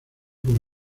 por